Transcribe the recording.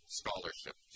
scholarship